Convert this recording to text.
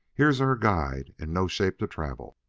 here's our guide in no shape to travel.